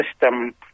system